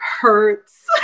hurts